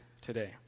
today